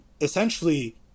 essentially